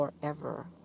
forever